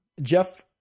Jeff